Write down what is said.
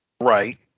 right